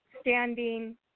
standing